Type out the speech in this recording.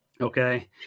Okay